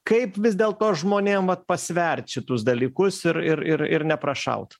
kaip vis dėl to žmonėm vat pasvert šitus dalykus ir ir ir ir neprašaut